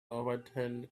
overturned